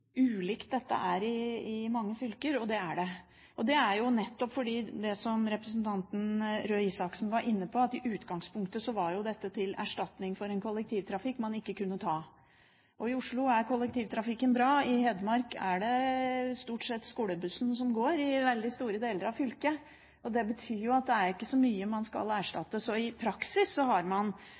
ulikt dette er i mange fylker, og det er det. Det er nettopp fordi, som representanten Røe Isaksen var inne på, at i utgangspunktet var dette til erstatning for en kollektivtrafikk man ikke kunne bruke. I Oslo er kollektivtrafikken bra. I Hedmark er det stort sett skolebussen som går i veldig store deler av fylket. Det betyr at det er ikke så mye man skal erstatte. Så i praksis har man